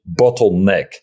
bottleneck